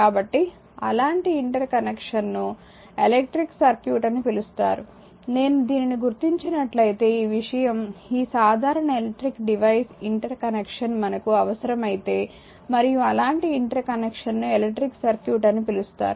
కాబట్టి అలాంటి ఇంటర్ కనెక్షన్ను ఎలక్ట్రిక్ సర్క్యూట్ అని పిలుస్తారు నేను దీనిని గుర్తించినట్లయితే ఈ విషయం ఈ సాధారణ ఎలక్ట్రిక్ డివైజెస్ ఇంటర్ కనెక్షన్ మనకు అవసరమైతే మరియు అలాంటి ఇంటర్ కనెక్షన్ను ఎలక్ట్రిక్ సర్క్యూట్ అని పిలుస్తారు